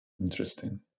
Interesting